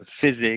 physics